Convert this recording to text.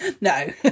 no